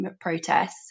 protests